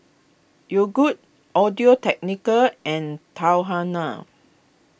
Yogood Audio Technica and Tahuna